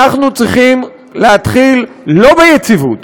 אנחנו צריכים להתחיל לא ביציבות,